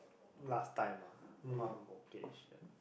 last time ah one vocation